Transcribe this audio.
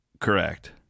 Correct